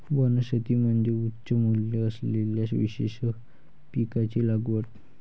वनशेती म्हणजे उच्च मूल्य असलेल्या विशेष पिकांची लागवड